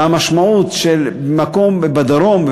והמשמעות של מקום בדרום,